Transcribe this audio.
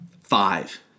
five